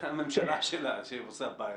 זו הממשלה שלה שעושה בעיות.